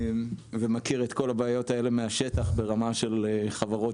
ומכיר את כל הבעיות האלה מהשטח ברמה של זה שחברות